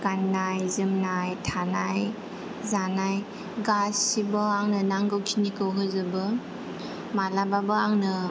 गाननाय जोमनाय थानाय जानाय गासिबो आंनो नांगौ खिनिखौ होजोबो मालाबाबो आंनो